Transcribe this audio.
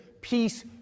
peace